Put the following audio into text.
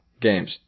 games